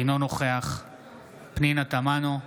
אינו נוכח פנינה תמנו,